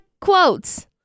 quotes